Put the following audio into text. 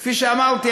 כפי שאמרתי,